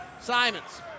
Simons